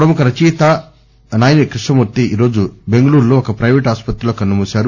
ప్రముఖ రచయిత నాయని కృష్ణమూర్తి ఈరోజు బెంగుళూరులో ఒక పైవేటు ఆసుపత్రిలో కన్ను మూశారు